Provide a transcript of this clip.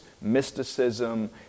mysticism